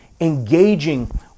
engaging